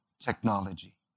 technology